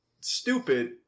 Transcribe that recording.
stupid